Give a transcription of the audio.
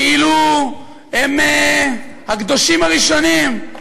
כאילו הם הקדושים הראשונים.